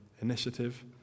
initiative